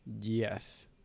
Yes